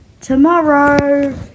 tomorrow